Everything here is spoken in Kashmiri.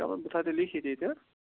چلو بہٕ تھاو تیٚلہِ لیٚکھِتھ ییٚتہِ ہہٕ